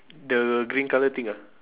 the green colour thing ah